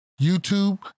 YouTube